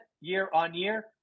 year-on-year